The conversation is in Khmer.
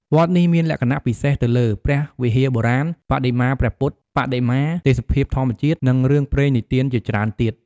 វត្តនេះមានលក្ខណះពិសេសទៅលើ ព្រះវិហារបុរាណ បដិមាព្រះពុទ្ធបដិមា ទេសភាពធម្មជាតិ នឹងរឿងព្រេងនិទានជាច្រើនទៀត ។